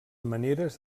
maneres